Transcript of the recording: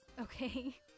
okay